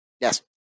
Yes